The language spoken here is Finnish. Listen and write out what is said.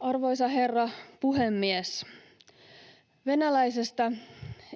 Arvoisa herra puhemies! Venäläisestä